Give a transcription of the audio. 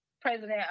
President